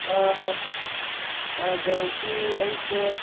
ꯑꯥ ꯑꯗꯒꯤ ꯑꯩꯁꯦ